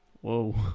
Whoa